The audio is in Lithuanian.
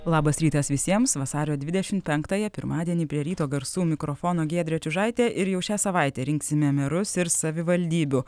labas rytas visiems vasario dvidešimt penktąją pirmadienį prie ryto garsų mikrofono giedrė čiužaitė ir jau šią savaitę rinksime merus ir savivaldybių